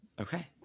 Okay